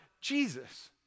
Jesus